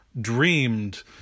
dreamed